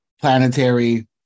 planetary